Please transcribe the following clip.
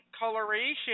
coloration